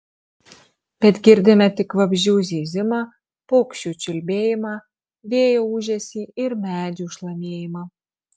bet girdime tik vabzdžių zyzimą paukščių čiulbėjimą vėjo ūžesį ir medžių šlamėjimą